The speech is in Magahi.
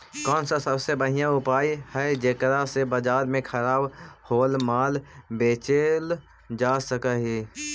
कौन सा सबसे बढ़िया उपाय हई जेकरा से बाजार में खराब होअल माल बेचल जा सक हई?